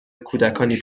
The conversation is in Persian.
کودکانی